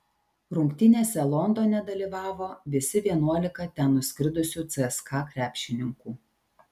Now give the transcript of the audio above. rungtynėse londone dalyvavo visi vienuolika ten nuskridusių cska krepšininkų